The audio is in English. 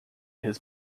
his